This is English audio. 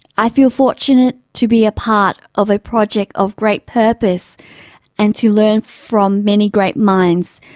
i feel fortunate to be a part of a project of great purpose and to learn from many great minds.